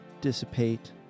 dissipate